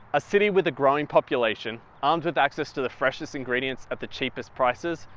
a city with a growing population, armed with access to the freshest ingredients at the cheapest prices.